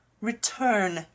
RETURN